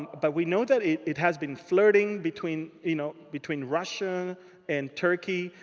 but we know that it it has been flirting between you know between russia and turkey.